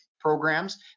programs